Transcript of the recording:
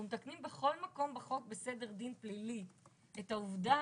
אנחנו מתקנים בכל מקום בחוק בסדר דין פלילי את העובדה